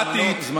דמוקרטית,